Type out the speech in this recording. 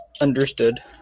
Understood